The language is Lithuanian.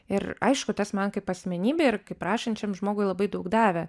ir aišku tas man kaip asmenybei ir kaip rašančiam žmogui labai daug davė